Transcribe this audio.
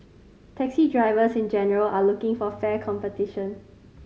taxi drivers in general are looking for fair competition